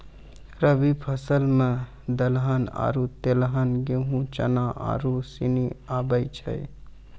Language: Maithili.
रवि फसल मे दलहन आरु तेलहन गेहूँ, चना आरू सनी आबै छै